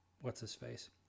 what's-his-face